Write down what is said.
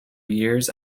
years